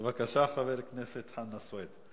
בבקשה, חבר הכנסת חנא סוייד.